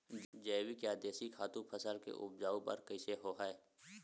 जैविक या देशी खातु फसल के उपज बर कइसे होहय?